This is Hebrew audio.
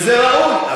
וזה ראוי.